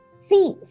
See